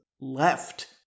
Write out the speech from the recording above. left